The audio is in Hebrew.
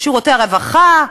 שירותי הרווחה,